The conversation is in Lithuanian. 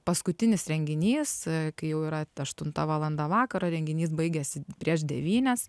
paskutinis renginys kai jau yra aštunta valanda vakaro renginys baigiasi prieš devynias